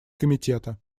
комитета